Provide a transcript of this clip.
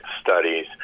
studies